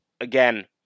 again